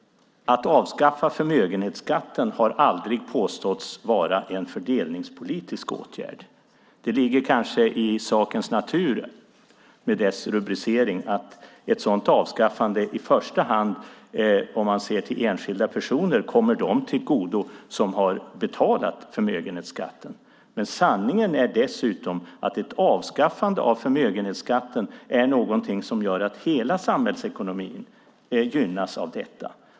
Att avskaffa förmögenhetsskatten har aldrig påståtts vara en fördelningspolitisk åtgärd. Det ligger kanske i sakens natur med dess rubricering att dess avskaffande i första hand, om man ser till enskilda personer, kommer dem till del som har betalat förmögenhetsskatten. Sanningen är dessutom att ett avskaffande av förmögenhetsskatten är något som gör att hela samhällsekonomin gynnas.